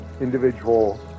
individual